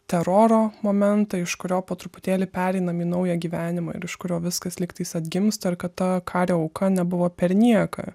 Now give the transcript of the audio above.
teroro momentą iš kurio po truputėlį pereinam į naują gyvenimą ir iš kurio viskas lygtais atgims tol kad ta kario auka nebuvo per nieką